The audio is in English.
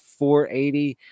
480